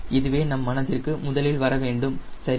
இதுவே நம் மனதிற்கு முதலில் வரவேண்டும் சரி